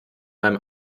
beim